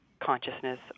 consciousness